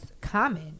Common